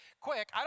quick